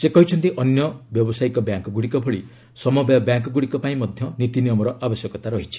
ସେ କହିଛନ୍ତି ଅନ୍ୟ ବ୍ୟବସାୟୀକ ବ୍ୟାଙ୍କ୍ଗୁଡ଼ିକ ଭଳି ସମବାୟ ବ୍ୟାଙ୍କ୍ଗୁଡ଼ିକ ପାଇଁ ମଧ୍ୟ ନୀତିନିୟମର ଆବଶ୍ୟକତା ରହିଛି